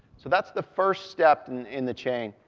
so that's the first step and in the chain.